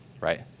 right